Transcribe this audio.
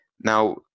Now